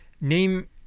name